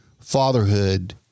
fatherhood